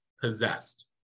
possessed